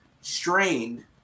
strained